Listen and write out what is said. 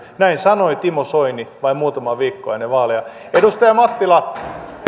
näin sanoi timo soini vain muutamaa viikkoa ennen vaaleja edustaja mattila